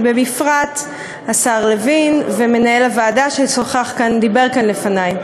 ובפרט על השר לוין ויו"ר הוועדה שדיבר כאן לפני.